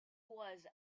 was